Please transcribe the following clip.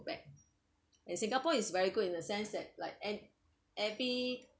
back in singapore is very good in the sense that like e~ every